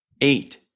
eight